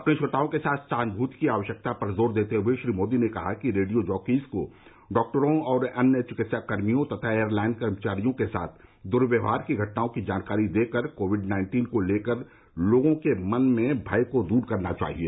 अपने श्रोताओं के साथ सहानुभूति की आवश्यकता पर जोर देते हुए श्री मोदी ने कहा कि रेडियो जॉकीज को डॉक्टरों और अन्य चिकित्साकर्मियों तथा एयरलाइन कर्मचारियों के साथ दुर्व्यवहार की घटनाओं की जानकारी देकर कोविड नाइन्टीन को लेकर लोगों के मन में भय को दूर करना चाहिए